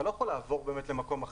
אתה לא יכול לעבור באמת למקום אחר.